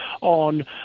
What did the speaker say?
on